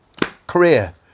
career